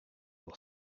will